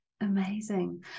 amazing